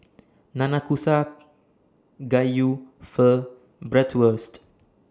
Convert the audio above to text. Nanakusa Gayu Pho Bratwurst